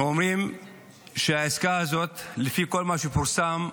אנחנו אומרים שהעסקה הזו, לפי כל מה שפורסם,